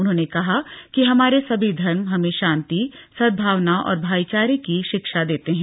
उन्होंने कहा कि हमारे सभी धर्म हमें शांति सदभावना और भाईचारे की शिक्षा देते हैं